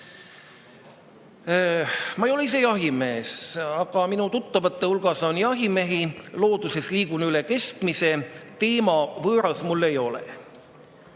ei ole ise jahimees, aga minu tuttavate hulgas on jahimehi. Looduses liigun üle keskmise, teema mulle võõras ei ole.